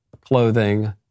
clothing